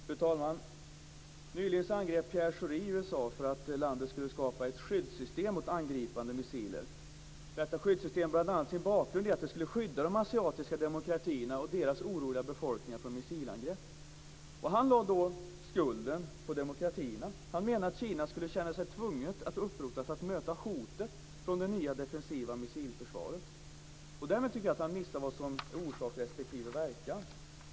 Fru talman! Nyligen angrep Pierre Schori USA för att landet skulle skapa ett skyddssystem mot angripande missiler. Detta skyddssystem hade bl.a. sin bakgrund i att det skulle skydda de asiatiska demokratierna och deras oroliga befolkningar från missilangrepp. Han lade då skulden på demokratierna och menade att Kina skulle känna sig tvunget att upprusta för att möta hotet från det nya defensiva missilförsvaret. Därmed tycker jag att han missade vad som är orsak respektive verkan.